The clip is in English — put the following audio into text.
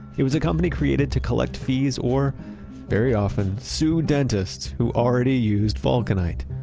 it was a company created to collect fees, or very often, sue dentists who already used vulcanite.